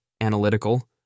analytical